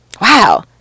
Wow